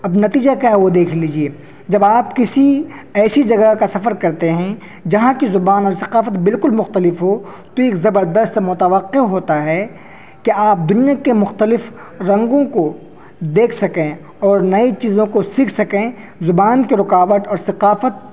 اب نتیجہ کیا ہے وہ دیکھ لیجیے جب آپ کسی ایسی جگہ کا سفر کرتے ہیں جہاں کی زبان اور ثقافت بالکل مختلف ہو تو ایک زبردست متوقع ہوتا ہے کہ آپ دنیا کے مختلف رنگوں کو دیکھ سکیں اور نئی چیزوں کو سیکھ سکیں زبان کے رکاوٹ اور ثقافت